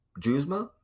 Juzma